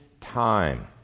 time